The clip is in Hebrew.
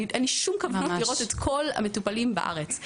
אין לי שום כוונה לראות את כל המטופלים בארץ.